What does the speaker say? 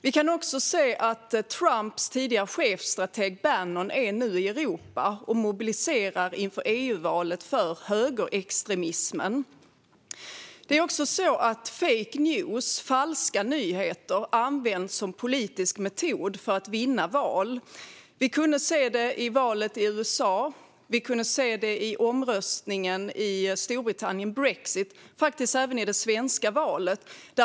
Vi kan också se att Trumps tidigare chefsstrateg Bannon är i Europa och mobiliserar extremhögern inför EU-valet. Fake news, falska nyheter, används också som politisk metod för att vinna val. Vi kunde se det i valet i USA. Vi kunde se det i omröstningen i Storbritannien om brexit. Vi kunde faktiskt se det även i det svenska valet.